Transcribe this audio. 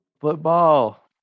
Football